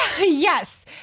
yes